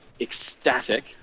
ecstatic